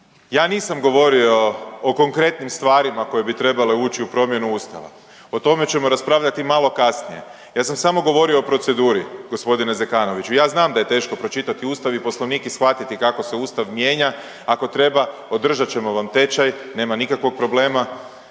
Ja nisam govorio o konkretnim stvarima koje bi trebale ući u promjenu ustava, o tome ćemo raspravljati malo kasnije. Ja sam samo govorio o proceduri g. Zekanoviću i ja znam da je teško pročitati ustav i poslovnik i shvatiti kako se ustav mijenja, ako treba održat ćemo vam tečaj, nema nikakvog problema.